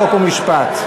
חוק ומשפט.